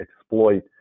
exploit